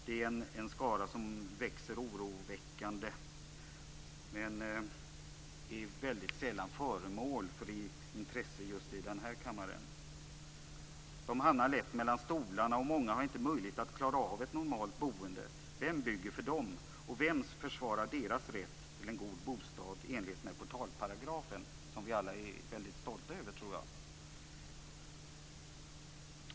Det är en skara som växer oroväckande, men den är väldigt sällan föremål för intresse just här i kammaren. Dessa människor hamnar lätt mellan stolarna, och många har inte möjlighet att klara av ett normalt boende. Vem bygger för dem och försvarar deras rätt till en god bostad i enlighet med den portalparagraf som vi alla, tror jag, är väldigt stolta för?